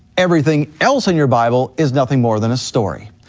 everything else in your bible is nothing more than a story.